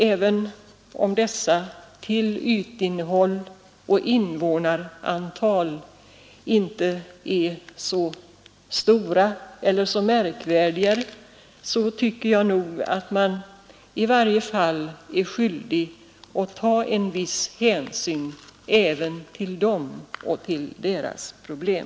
Även om dessa till ytinnehåll och invånarantal inte är så stora eller så märkvärdiga, tycker jag nog att man i varje fall är skyldig att ta en viss hänsyn även till dem och deras problem.